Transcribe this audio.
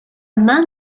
man